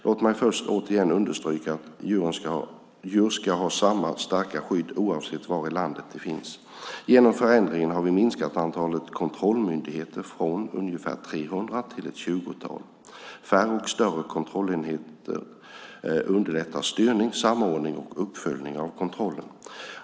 Låt mig först återigen understryka att djur ska ha samma starka skydd oavsett var i landet de finns. Genom förändringen har vi minskat antalet kontrollmyndigheter från ungefär 300 till ett tjugotal. Färre och större kontrollenheter underlättar styrning, samordning och uppföljning av kontrollen.